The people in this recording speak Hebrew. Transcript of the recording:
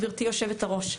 גברתי יושבת הראש,